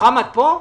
מוחמד פה?